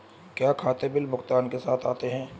क्या खाते बिल भुगतान के साथ आते हैं?